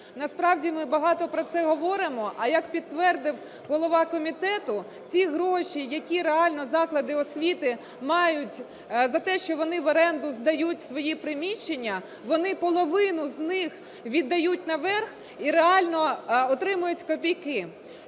насправді ми багато про це говоримо. А, як підтвердив голова комітету, ті гроші, які реально заклади освіти мають за те, що вони в оренду здають свої приміщення, вони половину з них віддають наверх і реально отримують копійки.